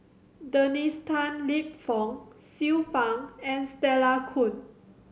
Dennis Tan Lip Fong Xiu Fang and Stella Kon